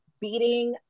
beating